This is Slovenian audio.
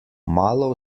malo